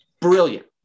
Brilliant